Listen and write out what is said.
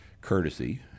courtesy